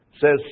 says